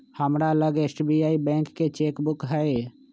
हमरा लग SBI bank के चेक बुक हइ